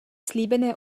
slíbené